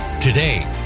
Today